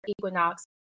equinox